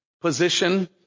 position